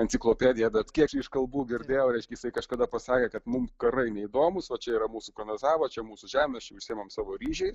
enciklopedija bet kiek iš kalbų girdėjau reiškia jisai kažkada pasakė kad mum karai neįdomūs o čia yra mūsų kanazava čia mūsų žemės čia užsiimam savo ryžiais